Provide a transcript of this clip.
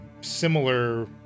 similar